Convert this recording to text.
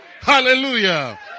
Hallelujah